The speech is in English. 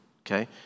okay